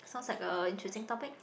sounds like a interesting topic